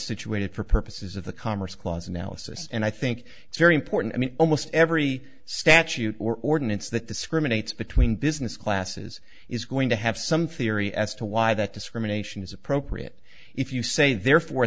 situated for purposes of the commerce clause analysis and i think it's very important i mean almost every statute or ordinance that discriminates between business classes is going to have some theory as to why that discrimination is appropriate if you say therefore